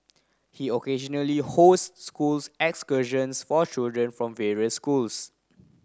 he occasionally hosts school excursions for children from various schools